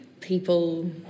people